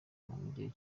mugihe